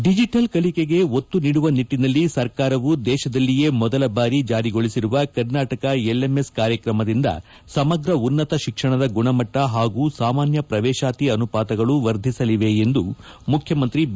digital ಕಲಿಕೆಗೆ ಒತ್ತು ನೀಡುವ ನಿಟ್ಲನಲ್ಲಿ ಸರ್ಕಾರವು ದೇಶದಲ್ಲಿಯೇ ಮೊದಲ ಬಾರಿ ಜಾರಿಗೊಳಿಸಿರುವ ಕರ್ನಾಟಕ ಎಲ್ಎಂಎಸ್ ಕಾರ್ಯಕ್ರಮದಿಂದ ಸಮಗ್ರ ಉನ್ನತ ಶಿಕ್ಷಣದ ಗುಣಮಟ್ಟ ಹಾಗೂ ಸಾಮಾನ್ಯ ಪ್ರವೇಶಾತಿ ಅನುಪಾತಗಳು ವರ್ಧಿಸಲಿವೆ ಎಂದು ಮುಖ್ಯಮಂತ್ರಿ ಬಿ